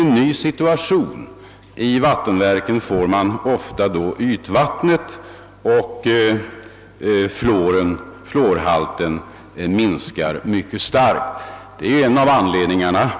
Genom nya vattenverk blir det ofta fråga om ytvattnet, vars fluorhalt i regel är betydligt lägre.